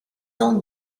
ans